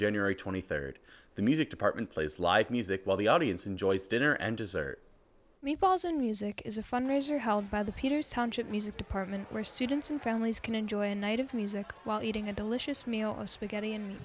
january twenty third the music department place live music while the audience enjoys dinner and desert me falls in music is a fundraiser held by the peters township music department where students and families can enjoy a night of music while eating a delicious meal of spaghetti and